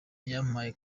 yampaye